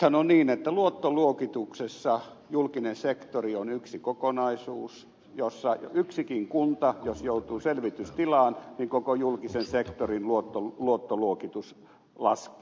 nythän on niin että luottoluokituksessa julkinen sektori on yksi kokonaisuus jossa yksikin kunta jos joutuu selvitystilaan koko julkisen sektorin luottoluokitus laskee